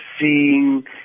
seeing